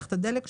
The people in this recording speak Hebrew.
מערכת הדלק.